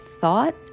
thought